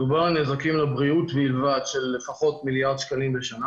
מדובר על נזקים לבריאות בלבד של לפחות מיליארד שקלים בשנה